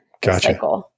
Gotcha